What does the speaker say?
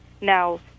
now